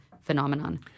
phenomenon